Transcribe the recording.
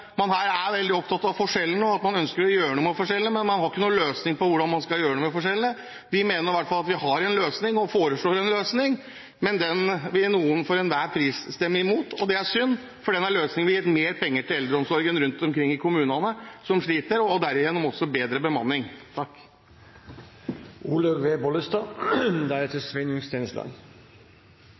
man er veldig opptatt av forskjellene, at man ønsker å gjøre noe med forskjellene, men at man ikke har noen løsning på hvordan man skal gjøre noe med forskjellene. Vi mener i hvert fall at vi har en løsning og foreslår en løsning, men den vil noen for enhver pris stemme imot. Det er synd, for denne løsningen ville gitt mer penger til eldreomsorgen rundt omkring i kommunene, som sliter, og derigjennom også bedre bemanning.